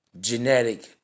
genetic